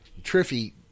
Triffy